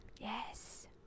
Yes